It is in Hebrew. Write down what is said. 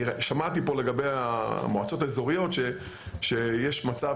שמעתי פה לגבי המועצות האזוריות שיש מצב